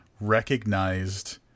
recognized